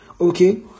Okay